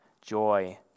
joy